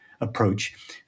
approach